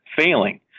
failing